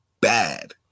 bad